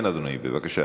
כן, אדוני, בבקשה.